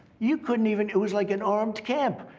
you couldn't even it was like an armed camp.